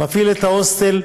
המפעיל את ההוסטל,